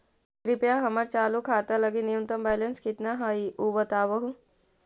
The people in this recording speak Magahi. कृपया हमर चालू खाता लगी न्यूनतम बैलेंस कितना हई ऊ बतावहुं